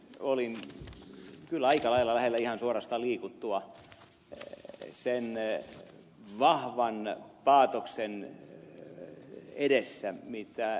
olin kyllä aika lailla lähellä ihan suorastaan liikuttua sen vahvan paatoksen edessä mitä ed